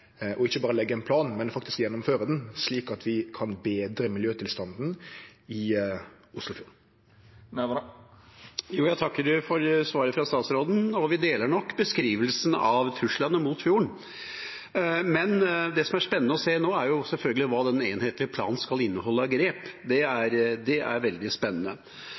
plan, men faktisk gjennomføre han, slik at vi kan betre miljøtilstanden i Oslofjorden. Jeg takker for svaret fra statsråden. Vi er nok enige om beskrivelsen av truslene mot fjorden, men det som er spennende å se nå, er selvfølgelig hvilke grep den enhetlige planen skal inneholde. Det er veldig spennende. Det